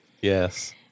yes